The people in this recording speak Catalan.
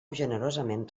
generosament